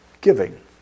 giving